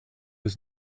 was